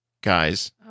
Guys